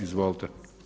Izvolite.